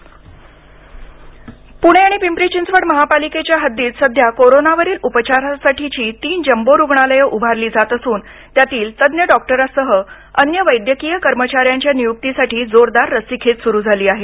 jumbo रूग्णालय पूणे आणि पिंपरी चिंचवड महापालिकेच्या हद्दीत सध्या कोरोनावरील उपचारासाठीची तीन जंबो रुग्णालये उभारली जात असून त्यातील तज्ज् डॉक्टरसह अन्य वैद्यकीय कर्मचाऱ्यांच्या नियुक्तीसाठी जोरदार रस्सीखेच सुरु झाली आहे